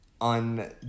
on